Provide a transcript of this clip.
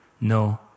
No